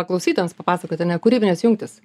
klausytojams papasakoti ane kūrybinės jungtys